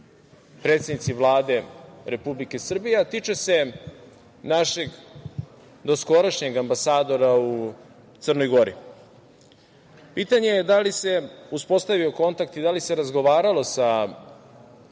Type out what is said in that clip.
predsednici Vlade Republike Srbije, a tiče se našeg doskorašnjeg ambasadora u Crnoj Gori. Pitanje je da li se uspostavio kontakt i da li se razgovaralo sa